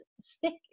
stick